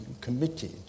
committed